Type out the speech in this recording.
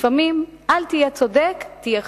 לפעמים, אל תהיה צודק, תהיה חכם.